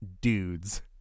dudes